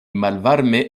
malvarme